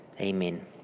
amen